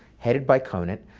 headed by conant.